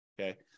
okay